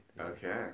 Okay